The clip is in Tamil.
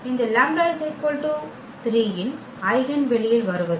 இந்த λ 3 இன் ஐகென் வெளியில் வருவது